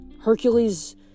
Hercules